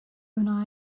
wna